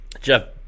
jeff